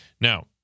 Now